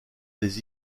des